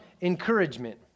encouragement